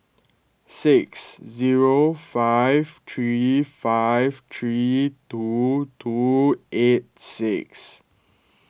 six zero five three five three two two eight six